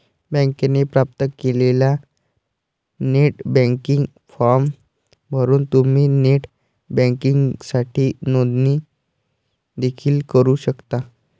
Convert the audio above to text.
बँकेने प्राप्त केलेला नेट बँकिंग फॉर्म भरून तुम्ही नेट बँकिंगसाठी नोंदणी देखील करू शकता